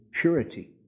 purity